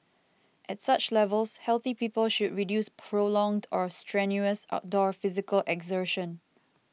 at such levels healthy people should reduce prolonged or strenuous outdoor physical exertion